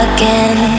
Again